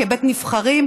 כבית נבחרים,